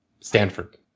Stanford